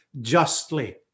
justly